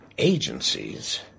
Agencies